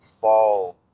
fall